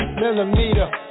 millimeter